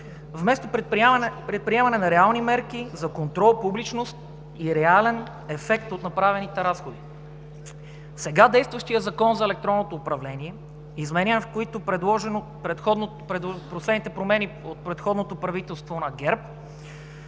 вместо предприемане на реални мерки за контрол, публичност и реален ефект от направените разходи. Сега действащият Закон за електронното управление е изменян, в който последните промени от предходното правителство на ГЕРБ,